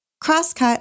Crosscut